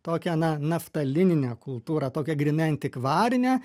tokią na naftalininę kultūrą tokią grynai antikvarinę